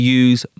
use